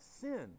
sin